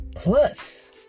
Plus